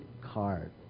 card